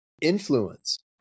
influence